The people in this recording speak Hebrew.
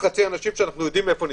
אנשים שאנו יודעים איפה נדבקו.